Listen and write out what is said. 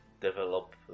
develop